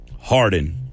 Harden